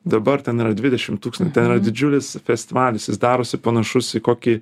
dabar ten yra dvidešim tūkst ten yra didžiulis festivalis darosi panašus į kokį